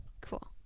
cool